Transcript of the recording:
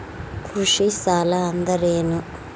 ಕೃಷಿ ಸಾಲ ಅಂದರೇನು?